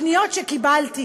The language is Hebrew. בפניות שקיבלתי